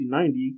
1990